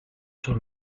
sur